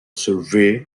survey